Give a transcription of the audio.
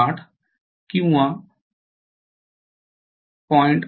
८ किंवा ०